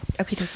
Okay